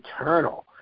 eternal